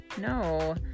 No